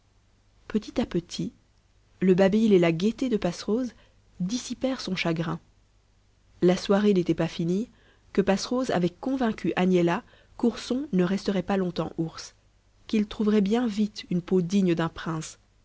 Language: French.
petit à petit le babil et la gaieté de passerose dissipèrent son chagrin la soirée n'était pas finie que passerose avait convaincu agnella qu'ourson ne resterait pas longtemps ours qu'il trouverait bien vite une peau digne d'un prince